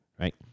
right